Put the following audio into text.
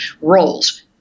roles